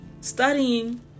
studying